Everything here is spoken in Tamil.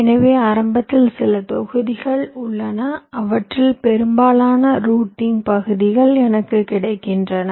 எனவே ஆரம்பத்தில் சில தொகுதிகள் உள்ளன அவற்றில் பெரும்பாலான ரூட்டிங் பகுதிகள் எனக்கு கிடைக்கின்றன